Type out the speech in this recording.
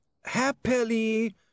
Happily